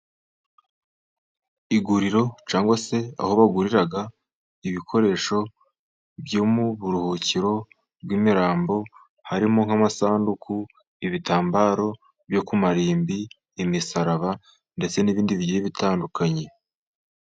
Iguriro cyangwa se aho bagurira ibikoresho byo mu buruhukiro bw'imirambo harimo: nk'amasaduku, ibitambaro byo ku marimbi, imisaraba ndetse n'ibindi bitandukanye.